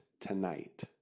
tonight